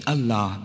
Allah